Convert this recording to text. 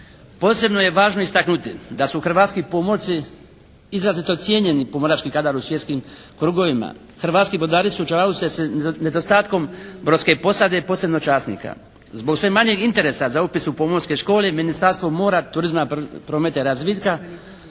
Posebno je važno istaknuti da su hrvatski pomorci izrazito cijenjeni pomorački kadar u svjetskim krugovima. Hrvatski brodari su …/Govornik se ne razumije./… nedostatkom brodske posade i posebno časnika. Zbog sve manjeg interesa za upis u pomorske škole Ministarstvo mora, turizma, prometa i razvitka